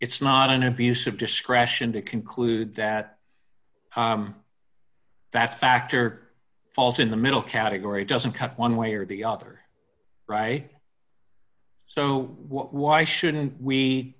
it's not an abuse of discretion to conclude that that factor falls in the middle category doesn't cut one way or the other right so why shouldn't